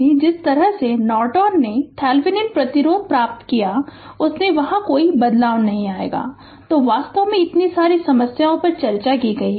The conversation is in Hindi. तो जिस तरह से नॉर्टन ने थेवेनिन प्रतिरोध प्राप्त किया है उससे यहाँ कोई बदलाव नहीं है तो वास्तव में इतनी सारी समस्याओं पर चर्चा की है